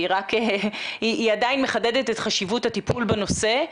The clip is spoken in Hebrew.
היא עדיין מחדדת את חשיבות הטפול בנושא,